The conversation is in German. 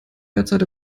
derzeit